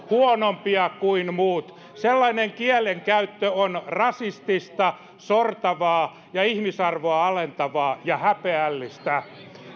huonompia kuin muut sellainen kielenkäyttö on rasistista sortavaa ja ihmisarvoa alentavaa ja häpeällistä